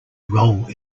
role